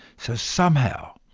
so, somehow,